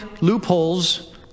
loopholes